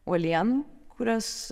uolienų kurias